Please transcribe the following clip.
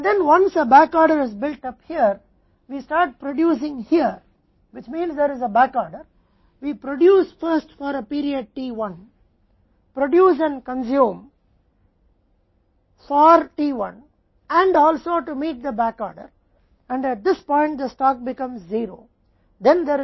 और फिर एक बार यहाँ एक बैकऑर्डर बन जाने के बाद हम यहाँ उत्पादन करना शुरू करते हैं जिसका अर्थ है कि एक बैक ऑर्डर है हम पहले एक अवधि t1 के लिए उत्पादन करते हैं और t 1 के लिए उपभोग करते हैं और साथ ही बैकऑर्डर को पूरा करने के लिए और इस बिंदु पर स्टॉक 0 हो जाता है